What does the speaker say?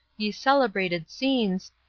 ye celebrated scenes,